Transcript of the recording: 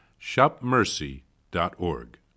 shopmercy.org